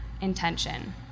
intention